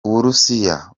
uburusiya